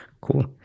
Cool